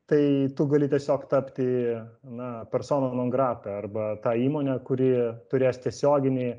tai tu gali tiesiog tapti na persona non grata arba ta įmone kuri turės tiesioginį